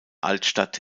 altstadt